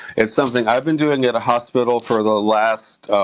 it's something i've been doing at a hospital for the last